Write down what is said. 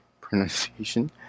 pronunciation